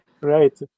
Right